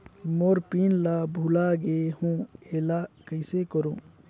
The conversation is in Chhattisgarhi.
मोर पिन ला भुला गे हो एला कइसे करो?